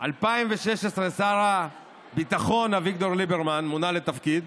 2016 שר הביטחון אביגדור ליברמן מונה לתפקיד